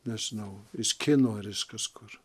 nežinau iš kino ar iš kažkur